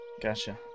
gotcha